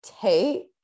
take